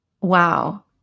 Wow